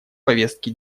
повестки